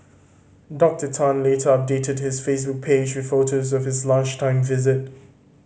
Doctor Tan later updated his Facebook page with photos of his lunchtime visit